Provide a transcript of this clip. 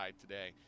today